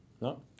No